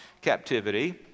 captivity